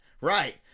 right